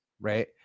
right